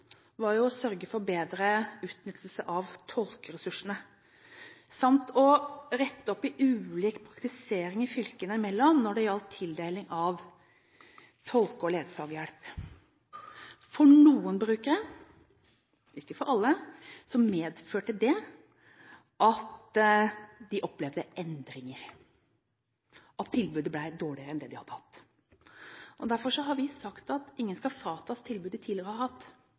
var å sørge for bedre utnyttelse av tolkeressursene samt å rette opp i ulik praktisering fylkene imellom når det gjaldt tildeling av tolke- og ledsagerhjelp. For noen brukere – ikke alle – medførte det at de opplevde endringer, og at tilbudet ble dårligere enn det de hadde hatt. Derfor har vi sagt at ingen skal fratas tilbud de tidligere har hatt,